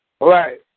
Right